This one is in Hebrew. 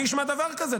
מי שמע דבר כזה?